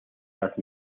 las